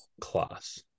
class